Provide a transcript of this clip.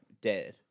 dead